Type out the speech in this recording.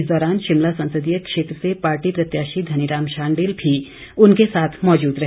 इस दौरान शिमला संसदीय क्षेत्र से पार्टी प्रत्याशी धनीराम शांडिल भी उनके साथ मौजूद रहे